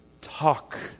talk